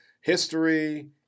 history